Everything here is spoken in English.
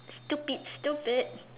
stupid stupid